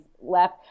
left